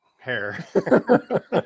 hair